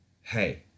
Hey